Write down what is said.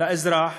לאזרח